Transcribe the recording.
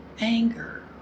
anger